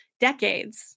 decades